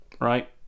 right